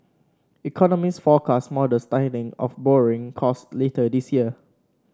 economists forecast modest tightening of borrowing costs later this year